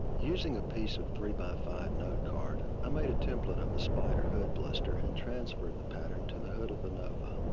using a piece of three x but five note card, i made template of the spyder hood blister and transferred the pattern to the hood of the nova.